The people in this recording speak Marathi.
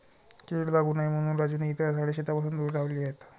कीड लागू नये म्हणून राजूने इतर झाडे शेतापासून दूर लावली आहेत